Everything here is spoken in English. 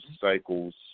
cycles